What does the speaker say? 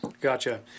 gotcha